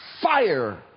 fire